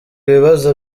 ibibazo